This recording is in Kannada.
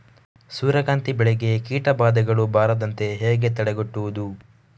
ಸೂರ್ಯಕಾಂತಿ ಬೆಳೆಗೆ ಕೀಟಬಾಧೆಗಳು ಬಾರದಂತೆ ಹೇಗೆ ತಡೆಗಟ್ಟುವುದು?